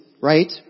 right